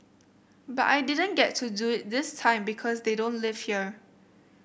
but I didn't get to do it this time because they don't live here